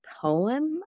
poem